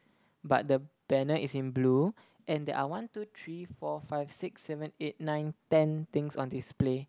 but the banner is in blue and there are one two three four five six seven eight nine ten things on display